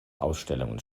ausstellungen